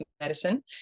medicine